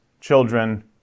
children